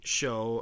show